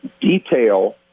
detail